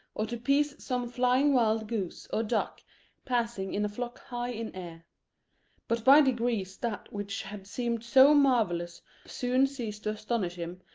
or to pierce some flying wild goose or duck passing in a flock high in air but by degrees that which had seemed so marvellous soon ceased to astonish him,